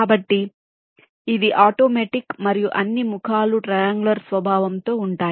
కాబట్టి ఇది ఆటోమేటిక్ మరియు అన్ని ముఖాలు ట్రయాంగులర్ స్వభావంతో ఉంటాయి